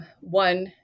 one